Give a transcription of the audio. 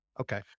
Okay